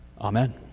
Amen